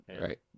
right